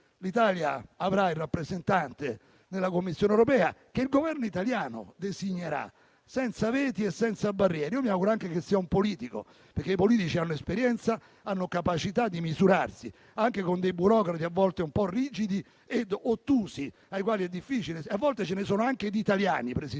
quale avrà il rappresentante nella Commissione europea che il Governo italiano designerà, senza veti e senza barriere. Mi auguro anche che sia un politico, perché i politici hanno esperienza e capacità di misurarsi anche con burocrati, a volte un po' rigidi e ottusi. A volte ce ne sono anche di italiani, presidente